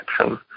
action